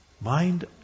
mind